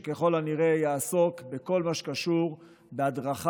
שככל הנראה יעסוק בכל מה שקשור בהדרכה,